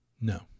No